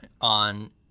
on